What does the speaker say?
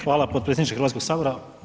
Hvala potpredsjedniče Hrvatskog sabora.